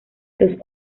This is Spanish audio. dos